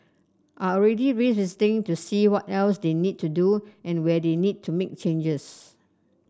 are already revisiting to see what else they need to do and where they need to make changes